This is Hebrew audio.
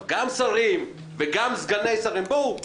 גם שרים וגם סגני שרים בואו,